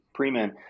Premen